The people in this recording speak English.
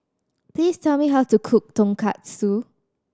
please tell me how to cook Tonkatsu